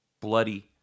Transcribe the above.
bloody